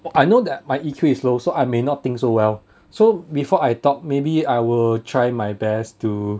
I know that my E_Q is low so I may not think so well so before I thought maybe I will try my best to